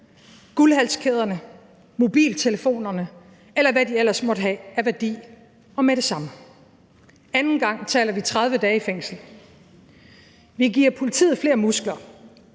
guldhalskæderne, mobiltelefonerne, eller hvad man ellers måtte have af værdi, og med det samme. Anden gang taler vi 30 dage i fængsel. Vi giver politiet flere muskler,